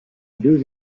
deux